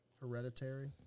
Hereditary